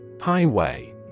Highway